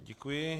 Děkuji.